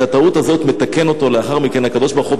את הטעות הזאת מתקן לאחר מכן הקדוש-ברוך-הוא,